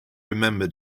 remembered